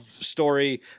story